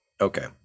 Okay